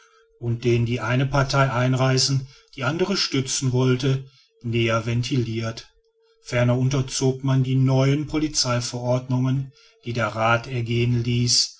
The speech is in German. und den die eine partei einreißen die andere stützen wollte näher ventilirt ferner unterzog man die neuen polizeiverordnungen die der rath ergehen ließ